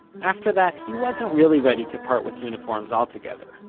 after that, he wasn't really ready to part with uniforms altogether.